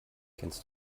kennst